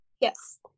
Yes